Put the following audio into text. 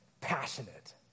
passionate